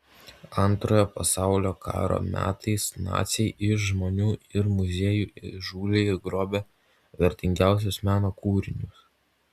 antrojo pasaulio karo metais naciai iš žmonių ir muziejų įžūliai grobė vertingiausius meno kūrinius